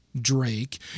Drake